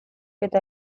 eta